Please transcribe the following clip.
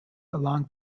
along